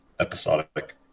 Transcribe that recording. episodic